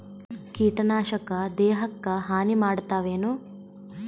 ಕೀಟನಾಶಕ ದೇಹಕ್ಕ ಹಾನಿ ಮಾಡತವೇನು?